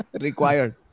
required